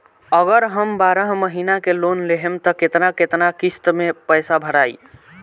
अगर हम बारह महिना के लोन लेहेम त केतना केतना किस्त मे पैसा भराई?